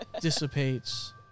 dissipates